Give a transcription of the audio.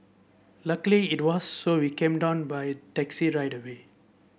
luckily it was so we came down by taxi right away